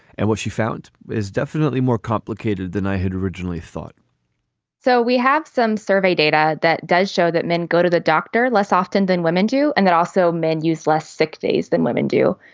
and what she found is definitely more complicated than i had originally thought so we have some survey data that does show that men go to the doctor less often than women do. and they're also men use less sick days than women do.